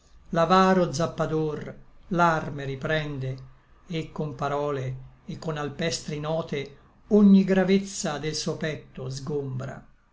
l'avaro zappador l'arme riprende et con parole et con alpestri note ogni gravezza del suo petto sgombra